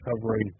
covering